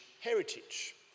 heritage